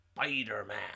Spider-Man